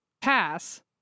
pass